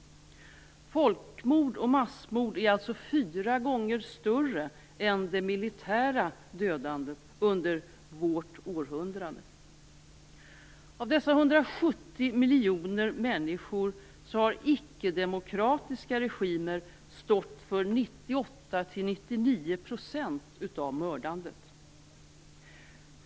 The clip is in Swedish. Folkmord och massmord är alltså fyra gånger större än det militära dödandet under vårt århundrade. Vad gäller dessa 170 miljoner människor har icke-demokratiska regimer stått för 98-99 % av mördandet.